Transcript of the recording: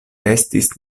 estis